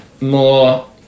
More